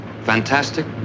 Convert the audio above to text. Fantastic